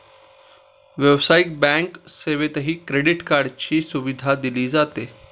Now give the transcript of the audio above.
व्यावसायिक बँक सेवेतही क्रेडिट कार्डची सुविधा दिली जाते